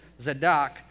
Zadok